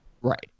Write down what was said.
right